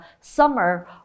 summer